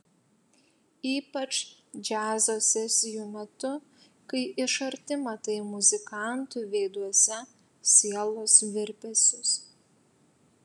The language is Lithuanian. ypač džiazo sesijų metu kai iš arti matai muzikantų veiduose sielos virpesius